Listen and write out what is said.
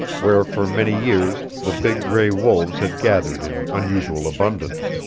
where for many years the big gray wolves had gathered in unusual abundance.